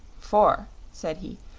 for, said he,